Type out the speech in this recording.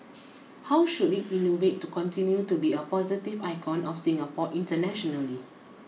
how should it innovate to continue to be a positive icon of Singapore internationally